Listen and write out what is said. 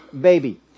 baby